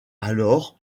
alors